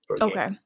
Okay